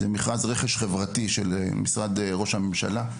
זה מכרז רכש חברתי של משרד ראש הממשלה.